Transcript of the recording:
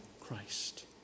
Christ